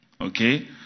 okay